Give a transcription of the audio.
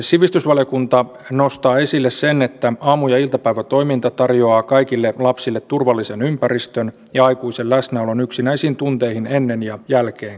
sivistysvaliokunta nostaa esille sen että aamu ja iltapäivätoiminta tarjoaa kaikille lapsille turvallisen ympäristön ja aikuisen läsnäolon yksinäisiin tunteihin ennen ja jälkeen koulupäivän